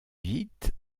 vite